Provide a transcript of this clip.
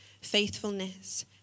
faithfulness